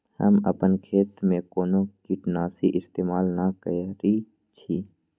हम अपन खेत में कोनो किटनाशी इस्तमाल न करई छी